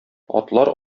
атлар